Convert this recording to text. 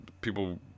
people